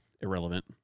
irrelevant